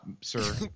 sir